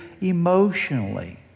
emotionally